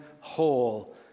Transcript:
whole